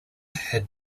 had